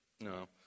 No